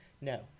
no